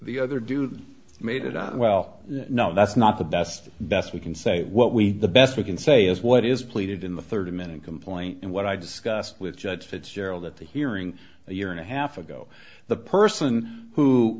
the other do they made it out well no that's not the best best we can say what we the best we can say is what is pleaded in the thirty minute complaint and what i discussed with judge fitzgerald at the hearing a year and a half ago the person who